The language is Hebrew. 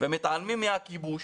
ומתעלמים מהכיבוש,